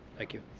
thank you.